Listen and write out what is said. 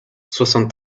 soixante